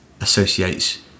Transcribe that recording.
associates